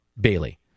Bailey